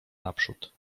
naprzód